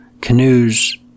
canoes